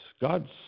God's